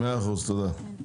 תודה.